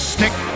Stick